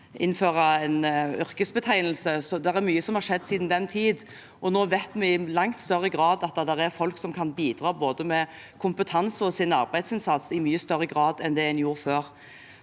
innføre en yrkesbetegnelse. Det er mye som har skjedd siden den tid, og nå vet vi i langt større grad at dette er folk som kan bidra med både kompetanse og arbeidsinnsats i mye større grad enn det man gjorde før.